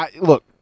look